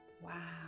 Wow